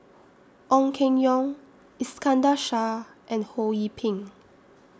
Ong Keng Yong Iskandar Shah and Ho Yee Ping